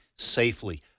safely